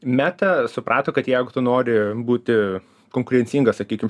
meta suprato kad jeigu tu nori būti konkurencinga sakykim